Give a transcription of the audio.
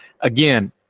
Again